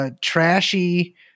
trashy